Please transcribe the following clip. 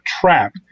trap